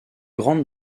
grande